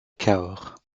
cahors